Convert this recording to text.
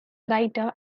writer